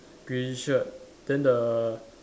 green shirt then the